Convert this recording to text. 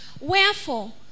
Wherefore